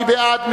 מי בעד?